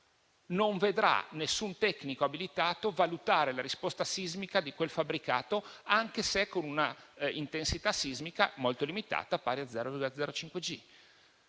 non vedrà nessun tecnico abilitato valutare la risposta sismica di quel fabbricato, anche se con una intensità sismica molto limitata, pari a 0,05 g.